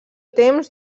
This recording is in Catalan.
temps